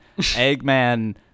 Eggman